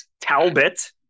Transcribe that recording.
Talbot